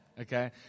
okay